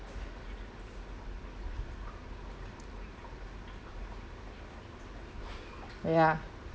yeah